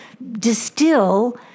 distill